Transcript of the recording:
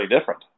different